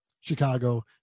Chicago